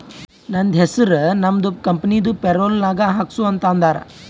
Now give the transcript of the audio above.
ನಂದ ಹೆಸುರ್ ನಮ್ದು ಕಂಪನಿದು ಪೇರೋಲ್ ನಾಗ್ ಹಾಕ್ಸು ಅಂತ್ ಅಂದಾರ